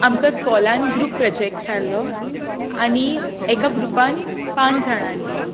आमकां स्कुलान group project आसलो आनी एका ग्रुपान पांच जाणां आसली